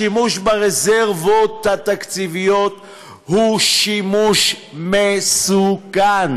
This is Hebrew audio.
השימוש ברזרבות התקציביות הוא מסוכן.